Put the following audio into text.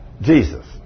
Jesus